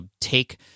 take